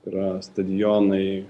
yra stadionai